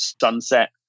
sunset